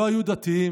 לא היו דתיים